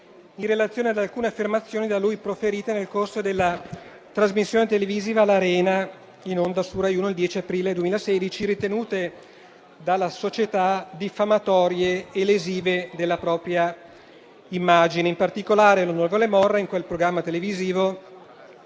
in relazione ad alcune affermazioni da lui proferite nel corso della trasmissione televisiva "L'Arena", in onda su Rai 1 il 10 aprile 2016, ritenute dalla società diffamatorie e lesive della propria immagine. In particolare l'onorevole Morra in quel programma televisivo,